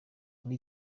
muri